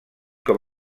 com